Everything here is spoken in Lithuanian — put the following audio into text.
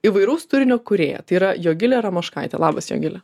įvairaus turinio kūrėja tai yra jogilė ramoškaitė labas jogile